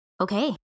okay